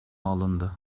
alındı